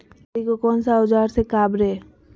आदि को कौन सा औजार से काबरे?